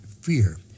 fear